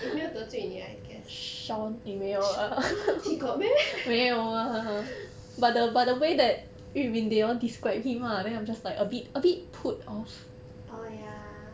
if 没有得罪你 I guess sean he got meh orh ya